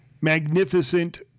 magnificent